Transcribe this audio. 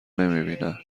نمیبینن